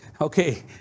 okay